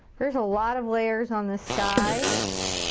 there's a lot of layers on this sky.